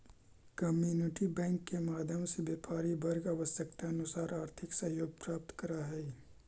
community bank के माध्यम से व्यापारी वर्ग आवश्यकतानुसार आर्थिक सहयोग प्राप्त करऽ हइ